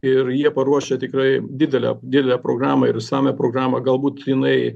ir jie paruošę tikrai didelę didelę programą ir išsamią programą galbūt jinai